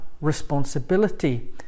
responsibility